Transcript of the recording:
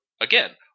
again